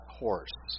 horse